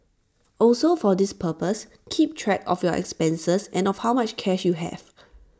also for this purpose keep track of your expenses and of how much cash you have